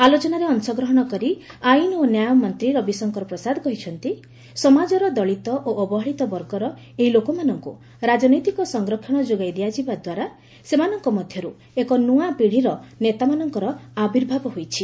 ଆଲୋଚନାରେ ଅଂଶଗ୍ରହଣ କରି ଆଇନ ଓ ନ୍ୟାୟମନ୍ତ୍ରୀ ରବିଶଙ୍କର ପ୍ରସାଦ କହିଛନ୍ତି ସମାଜର ଦଳିତ ଓ ଅବହେଳିତ ବର୍ଗର ଏହି ଲୋକମାନଙ୍କୁ ରାଜନୈତିକ ସଂରକ୍ଷଣ ଯୋଗାଇ ଦିଆଯିବା ଦ୍ୱାରା ସେମାନଙ୍କ ମଧ୍ୟରୁ ଏକ ନୂଆ ପିଢ଼ିର ନେତାମାନଙ୍କର ଆବିର୍ଭାବ ହୋଇଛି